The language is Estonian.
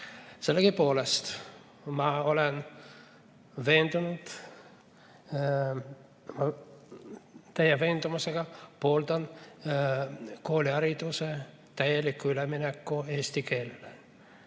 Sellegipoolest ma olen veendunud, täie veendumusega pooldan koolihariduse täielikku üleminekut eesti keelele.